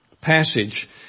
passage